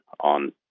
on